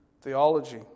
theology